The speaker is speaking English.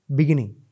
beginning